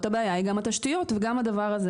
הבעיה היא גם התשתיות וגם הדבר הזה,